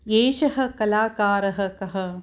एषः कलाकारः कः